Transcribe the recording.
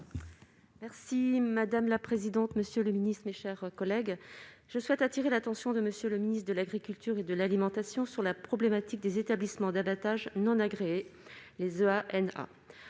Merci madame la présidente, monsieur le Ministre, mes chers collègues, je souhaite attirer l'attention de monsieur le ministre de l'Agriculture et de l'alimentation sur la problématique des établissements d'abattage non agréés les E. A.